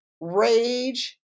rage